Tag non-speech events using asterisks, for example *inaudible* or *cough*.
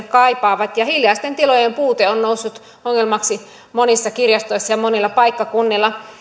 *unintelligible* kaipaavat hiljaisten tilojen puute on noussut ongelmaksi monissa kirjastoissa ja monilla paikkakunnilla